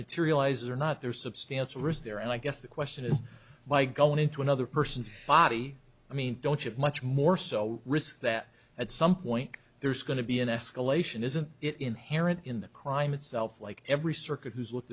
materializes or not there is substantial risk there and i guess the question is by going into another person's body i mean don't have much more so risk that at some point there's going to be an escalation isn't it inherent in the crime itself like every circuit who's looked